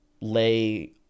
lay